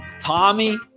Tommy